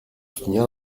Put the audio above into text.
soutenir